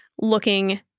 looking